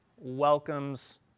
welcomes